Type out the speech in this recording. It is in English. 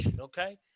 Okay